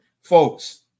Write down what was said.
folks